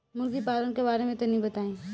मुर्गी पालन के बारे में तनी बताई?